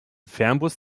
fernbus